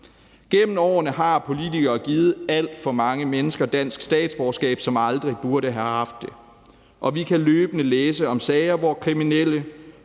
Gennem årene har politikere givet dansk statsborgerskab til alt for mange mennesker, som aldrig burde have haft det, og vi kan løbende læse om sager, hvor kriminelle,